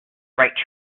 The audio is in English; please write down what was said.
write